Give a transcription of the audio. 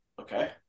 Okay